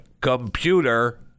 computer